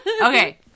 Okay